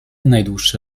najdłuższe